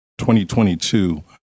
2022